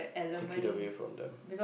take it away from them